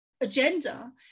agenda